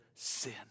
Sin